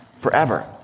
forever